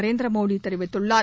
நரேந்திர மோடி தெரிவித்துள்ளார்